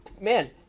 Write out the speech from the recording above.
man